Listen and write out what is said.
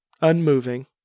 unmoving